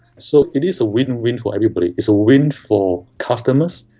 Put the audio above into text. so it is a win-win for everybody. it's a win for customers,